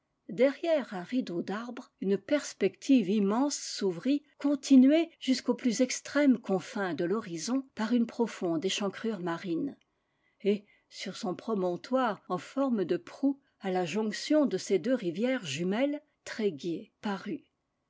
derrière un rideau d'arbres une perspective immense s'ouvrit continuée jusqu'aux plus extrêmes confins de l'ho rizon par une profonde échancrure marine et sur son promontoire en forme de proue à la jonction de ses deux rivières jumelles tréguier parut